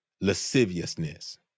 lasciviousness